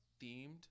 themed